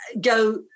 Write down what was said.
go